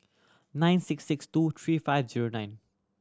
nine six six two three five zero nine